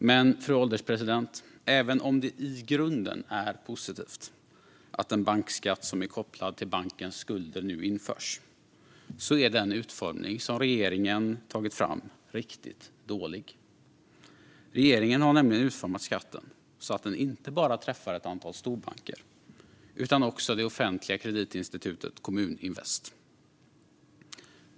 Men, fru ålderspresident, även om det i grunden är positivt att en bankskatt som är kopplad till bankens skulder nu införs är den utformning som regeringen tagit fram riktigt dålig. Regeringen har nämligen utformat skatten så att den inte bara träffar ett antal storbanker utan också det offentliga kreditinstitutet Kommuninvest.